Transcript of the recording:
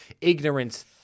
ignorance